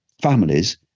families